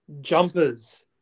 jumpers